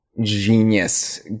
genius